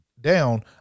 down